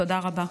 תודה רבה.